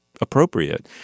appropriate